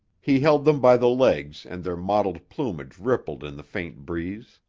he held them by the legs and their mottled plumage rippled in the faint breeze.